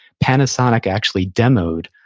panasonic actually demoed,